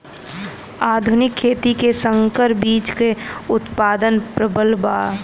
आधुनिक खेती में संकर बीज क उतपादन प्रबल बा